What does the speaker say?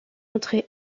montrés